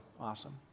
awesome